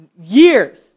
Years